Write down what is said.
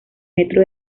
metro